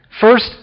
First